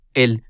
el